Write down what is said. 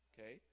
Okay